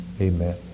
amen